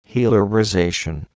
Healerization